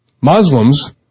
Muslims